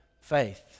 Faith